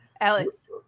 Alex